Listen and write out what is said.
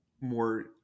more